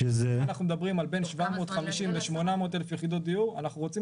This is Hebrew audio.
אם אנחנו מדברים על בין 750 ל 800 יחידות דיור אנחנו רוצים